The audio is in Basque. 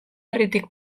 herritik